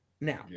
now